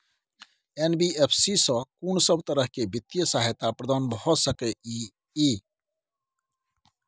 NBFC स कोन सब तरह के वित्तीय सहायता प्रदान भ सके इ? इ